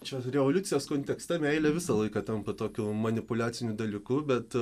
šios revoliucijos kontekste meilė visą laiką tampa tokiu manipuliaciniu dalyku bet